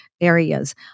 areas